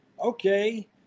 Okay